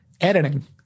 editing